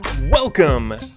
Welcome